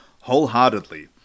wholeheartedly